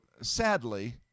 Sadly